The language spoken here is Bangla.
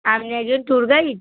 আপনি একজন ট্যুর গাইড